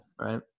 Right